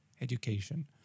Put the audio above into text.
education